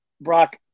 Brock